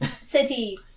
City